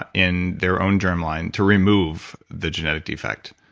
ah in their own germ line to remove the genetic defect,